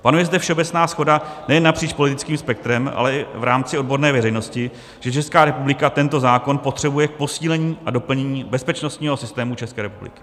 Panuje zde všeobecná shoda nejen napříč politickým spektrem, ale i v rámci odborné veřejnosti, že Česká republika tento zákon potřebuje k posílení a doplnění bezpečnostního systému České republiky.